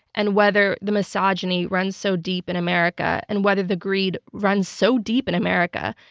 and whether the misogyny runs so deep in america, and whether the greed runs so deep in america,